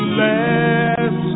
last